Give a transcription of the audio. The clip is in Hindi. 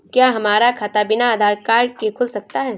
क्या हमारा खाता बिना आधार कार्ड के खुल सकता है?